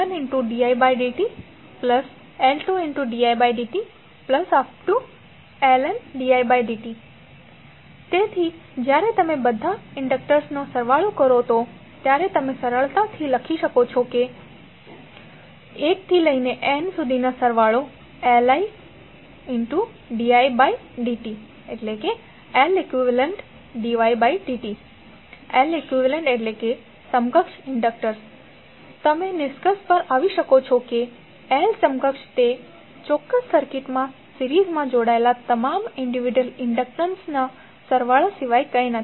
vL1didtL2didtLndidt તેથી જ્યારે તમે બધા ઇન્ડક્ટરોનો સરવાળો કરો ત્યારે તમે સરળતાથી લખી શકો છો i1nLididtLeqdidt તમે નિષ્કર્ષ પર આવી શકો છો કે L સમકક્ષ તે ચોક્કસ સર્કિટમાં સિરીઝમાં જોડાયેલા તમામ વ્યક્તિગત ઇન્ડક્ટન્સ ના સરવાળા સિવાય કંઈ નથી